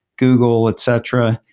google, etc.